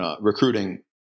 recruiting